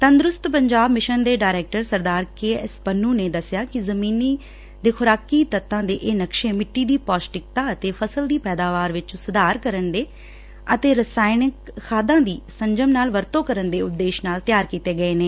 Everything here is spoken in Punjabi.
ਤੰਦਰੁਸਤ ਪੰਜਾਬ ਮਿਸ਼ਨ ਦੇ ਡਾਇਰੈਕਟਰ ਸਰਦਾਰ ਕੇਐਸ ਪੰਨੁੰ ਨੇ ਦੱਸਿਆ ਕਿ ਜਮੀਨ ਦੇ ਖੁਰਾਕੀ ਤੱਤਾਂ ਦੇ ਇਹ ਨਕਸ਼ੇ ਮਿੱਟੀ ਦੀ ਪੋਸ਼ਟਿਕਤਾ ਅਤੇ ਫਸਲ ਦੀ ਪੈਦਾਵਾਰ ਵਿੱਚ ਸੁਧਾਰ ਕਰਨ ਅਤੇ ਰਸਾਇਣਿਕ ਖਾਦਾਂ ਦੀ ਸੰਜਮ ਨਾਲ ਵਰਤੋ ਕਰਨ ਦੇ ਉਦੇਸ਼ ਨਾਲ ਤਿਆਰ ਕੀਤੇ ਗਏ ਹਨ